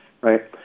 right